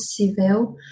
possível